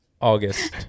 August